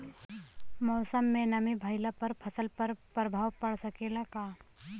मौसम में नमी भइला पर फसल पर प्रभाव पड़ सकेला का?